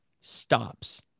stops